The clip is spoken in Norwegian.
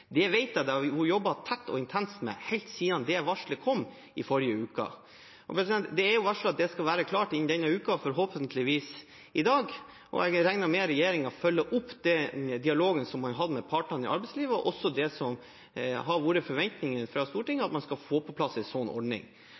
Det vet jeg det har vært jobbet tett og intenst med helt siden varselet kom i forrige uke. Det er varslet at det skal være klart innen denne uken, og forhåpentligvis i dag. Jeg regner med regjeringen følger opp den dialogen man hadde med partene i arbeidslivet, og også det som har vært forventningen fra Stortinget – at man skal få på plass en sånn ordning.